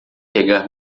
pegar